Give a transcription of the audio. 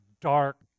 dark